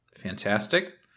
Fantastic